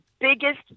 biggest